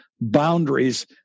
boundaries